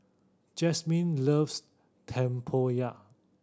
Jasmine loves tempoyak